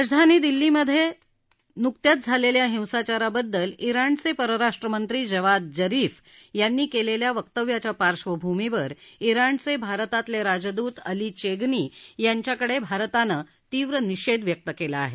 राजधानी दिल्लीमध्ये गेल्या नुकत्याच झालेल्या हिंसाचाराबद्दल जिणचे परराष्ट्रमंत्री जवाद जरीफ यांनी केलेल्या वक्तव्याच्या पार्श्वभूमीवर जिणचे भारतातले राजदूत अली चेगनी यांच्याकडे भारतानं तीव्र निषेध व्यक्त केला आहे